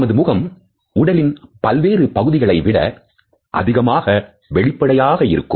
நமது முகம் உடலின் பல்வேறு பகுதிகளை விட அதிக வெளிப்படையாக இருக்கும்